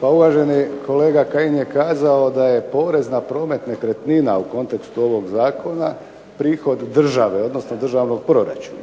Pa uvaženi kolega Kajin je kazao da je porez na promet nekretnina u kontekstu ovog zakona prihod države, odnosno državnog proračuna.